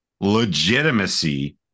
legitimacy